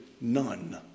none